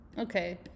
Okay